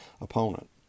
opponent